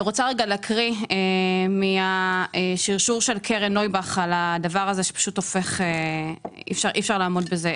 אני רוצה להקריא מהשרשור של קרן נויבך על הדבר הזה שאי אפשר לעמוד בזה.